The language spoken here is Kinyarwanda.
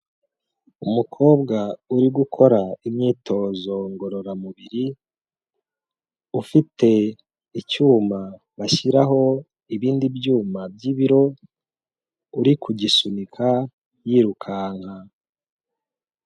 Umukobwa uri gukora imyitozo ngororamubiri, ufite icyuma bashyiraho ibindi byuma by'ibiro uri kugisunika yirukanka.